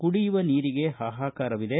ಕುಡಿಯುವ ನೀರಿಗೆ ಹಾಹಾಕಾರವಿದೆ